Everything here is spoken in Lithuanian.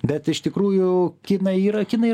bet iš tikrųjų kinai yra kinai